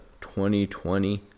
2020